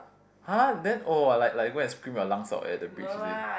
!huh! then oh like like go and scream your lungs out at the bridge is it